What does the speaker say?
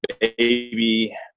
baby